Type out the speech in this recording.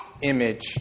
image